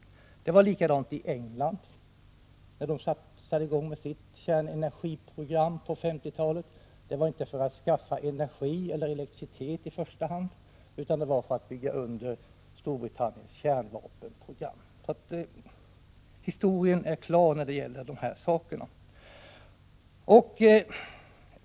Det var likadant i England när man där på 1950-talet satte i gång med sitt kärnenergiprogram. Det var inte i första hand för att skaffa energi eller elektricitet, utan det var för att bygga under Storbritanniens kärnvapenprogram. Historien är klar när det gäller de här sakerna.